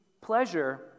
pleasure